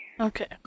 Okay